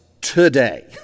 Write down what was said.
today